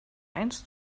eins